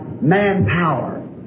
manpower